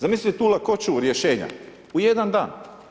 Zamislite tu lakoću rješenja, u jedan dan.